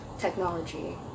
technology